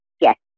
Yes